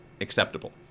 acceptable